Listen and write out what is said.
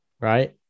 right